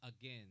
Again